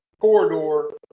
corridor